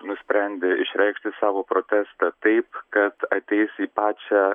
nusprendė išreikšti savo protestą taip kad ateis į pačią